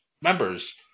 members